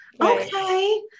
okay